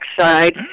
side